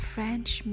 French